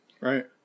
Right